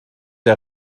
der